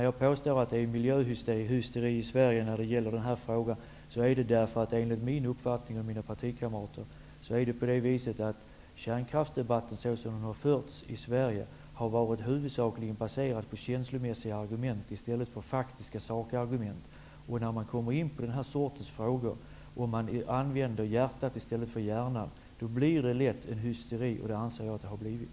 Jag påstår att det är miljöhysteri i Sverige när det gäller denna fråga därför att jag och mina partikamrater tycker att kärnkraftsdebatten såsom den har förts huvudsakligen har baserats på känslomässiga argument i stället för på faktiska sakargument. När man kommer in på den här sortens frågor och använder hjärtat i stället för hjärnan blir det lätt en hysteri. Det anser jag att det har blivit.